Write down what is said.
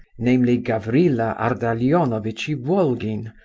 namely, gavrila ardalionovitch ivolgin,